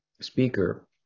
speaker